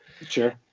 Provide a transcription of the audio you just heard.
Sure